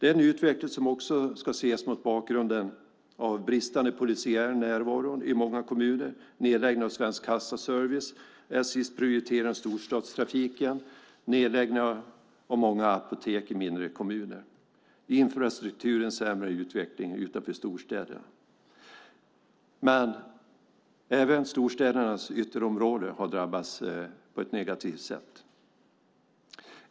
Det är en utveckling som ska ses mot bakgrunden av bristande polisiär närvaro i många kommuner, nedläggningen av Svensk Kassaservice, SJ:s prioritering av storstadstrafiken, nedläggningen av många apotek i mindre kommuner och infrastrukturens sämre utveckling utanför storstäderna. Men även storstädernas ytterområden har drabbats på ett negativt sätt.